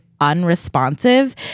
unresponsive